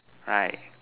right